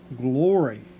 glory